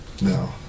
No